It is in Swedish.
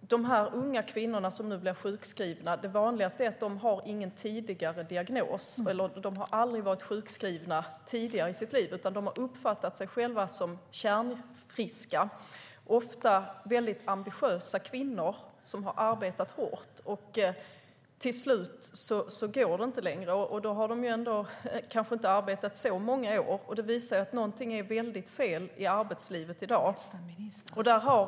de unga kvinnor som nu blir sjukskrivna är det vanligaste att de inte har någon tidigare diagnos. De har aldrig varit sjukskrivna tidigare i sitt liv, utan de har uppfattat sig själva som kärnfriska. Det är ofta ambitiösa kvinnor som har arbetat hårt. Till slut går det inte längre, och då har de ändå kanske inte arbetat i så många år. Detta visar att någonting är väldigt fel i arbetslivet i dag.